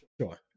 Sure